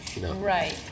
Right